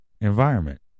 environment